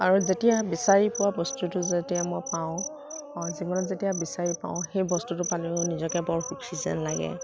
আৰু যেতিয়া বিচাৰি পোৱা বস্তুটো যেতিয়া মই পাওঁ জীৱনত যেতিয়া বিচাৰি পাওঁ সেই বস্তুটো পালেও নিজকে বৰ সুখী যেন লাগে